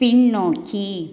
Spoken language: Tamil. பின்னோக்கி